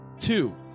Two